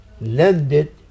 landed